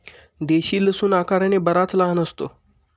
देशी लसूण आकाराने बराच लहान असतो